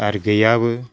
आरो गैयाबो